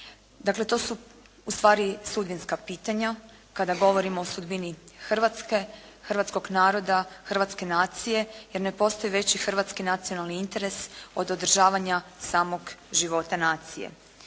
Dakle, to su ustvari sudbinska pitanja kada govorimo o sudbini Hrvatske, hrvatskog naroda, hrvatske nacije jer ne postoji veći hrvatski nacionalni interes od održavanja samog života nacije.